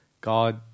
God